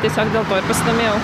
tiesiog dėl to ir pasidomėjau